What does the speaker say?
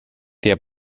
der